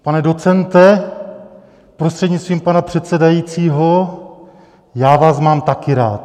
Pane docente prostřednictvím pana předsedajícího, já vás mám taky rád.